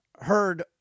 heard